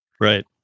Right